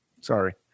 Sorry